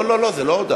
לא לא, זה לא הודעה.